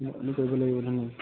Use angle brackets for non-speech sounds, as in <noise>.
<unintelligible>